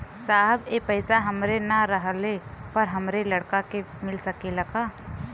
साहब ए पैसा हमरे ना रहले पर हमरे लड़का के मिल सकेला का?